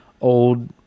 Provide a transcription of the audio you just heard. old